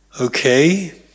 Okay